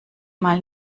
mal